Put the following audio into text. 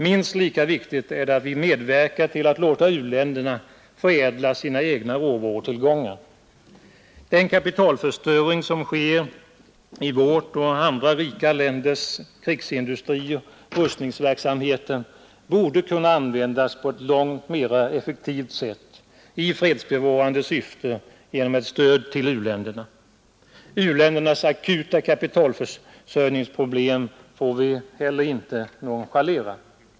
Minst lika viktigt är det att vi medverkar till att låta u-länderna förädla sina egna råvarutillgångar. Det kapital som förstörs i vårt land och andra rika länders krigsindustri och rustningsverksamhet borde kunna användas på ett långt mera effektivt sätt — i fredsbevarande syfte genom ett stöd till u-länderna. Dessa länders akuta kapitalförsörjningsproblem får vi heller inte nonchalera.